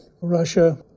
Russia